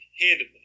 handedly